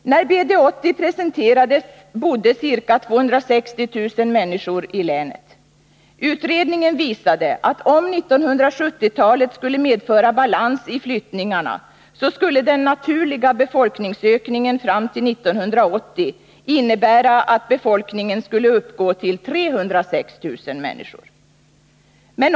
När BD 80 presenterades bodde ca 260 000 människor i länet. Utredningen visade att om 1970-talet skulle medföra balans i flyttningarna så skulle den naturliga befolkningsökningen fram till 1980 innebära att befolkningen skulle uppgå till 306 000 människor.